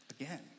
again